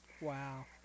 Wow